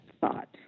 thought